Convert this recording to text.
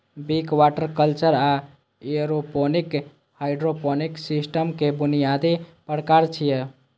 Wick, water culture आ aeroponic hydroponic सिस्टमक बुनियादी प्रकार छियै